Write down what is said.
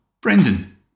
Brendan